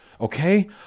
okay